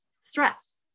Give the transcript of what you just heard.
stress